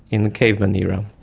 in the caveman era.